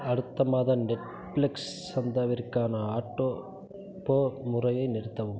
அடுத்த மாத நெட்ஃப்ளிக்ஸ் சந்தாவிற்கான ஆட்டோபோ முறையை நிறுத்தவும்